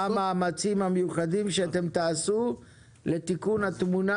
מה המאמצים המיוחדים שאתם תעשו לתיקון התמונה,